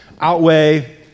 outweigh